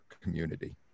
community